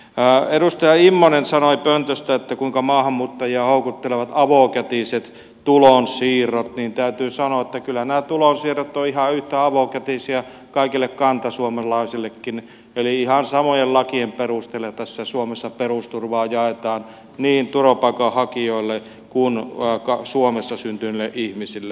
kun edustaja immonen sanoi pöntöstä kuinka maahanmuuttajia houkuttelevat avokätiset tulonsiirrot niin täytyy sanoa että kyllä nämä tulonsiirrot ovat ihan yhtä avokätisiä kaikille kantasuomalaisillekin eli ihan samojen lakien perusteella täällä suomessa perusturvaa jaetaan niin turvapaikanhakijoille kuin suomessa syntyneille ihmisille